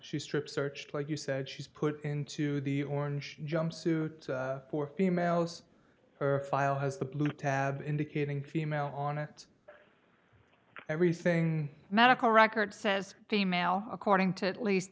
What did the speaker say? she strip searched like you said she's put into the orange jumpsuit for females her file has the blue tab indicating female on it everything medical records says female according to at least